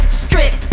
strip